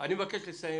אני מבקש לסיים